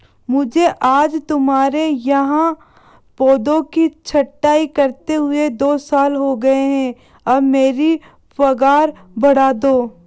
मुझे आज तुम्हारे यहाँ पौधों की छंटाई करते हुए दो साल हो गए है अब मेरी पगार बढ़ा दो